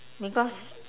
because